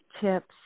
tips